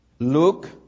Luke